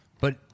But-